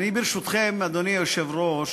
ברשותכם, אדוני היושב-ראש,